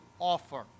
offer